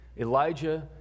Elijah